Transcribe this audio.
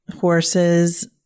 horses